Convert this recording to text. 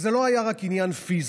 וזה לא היה רק עניין פיזי,